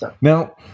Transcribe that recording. Now